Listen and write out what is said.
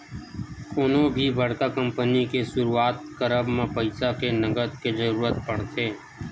कोनो भी बड़का कंपनी के सुरुवात करब म पइसा के नँगत के जरुरत पड़थे